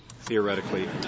Theoretically